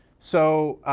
so